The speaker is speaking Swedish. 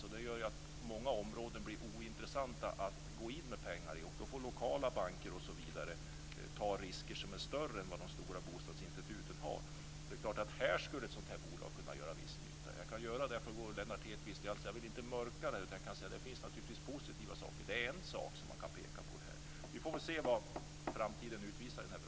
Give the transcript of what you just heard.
Därför blir många områden ointressanta att satsa pengar på. Då får lokala banker ta större risker än de stora bostadsinstituten. Här skulle ett sådant bolag göra en viss nytta. Jag vill inte mörka. Det finns naturligtvis positiva saker. Detta var en sådan sak. Vi får väl se vad framtiden utvisar i frågan.